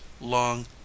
long